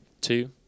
Two